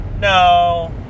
No